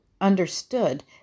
understood